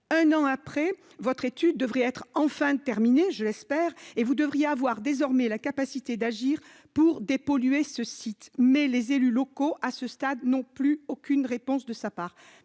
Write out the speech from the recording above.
Un an après, votre étude devrait être enfin terminée- je l'espère, en tout cas ! -et vous devriez avoir la capacité d'agir pour dépolluer le site. Mais les élus locaux n'ont plus aucune réponse de la part